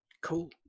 cool